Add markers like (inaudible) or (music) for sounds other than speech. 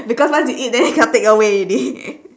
because once you eat they cannot take away already (laughs)